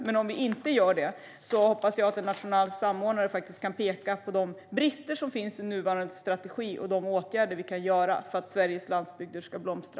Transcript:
Men om vi inte gör det hoppas jag att en nationell samordnare faktiskt kan peka på de brister som finns i nuvarande strategi och de åtgärder som vi kan vidta för att Sveriges landsbygder ska blomstra.